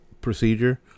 Procedure